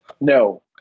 No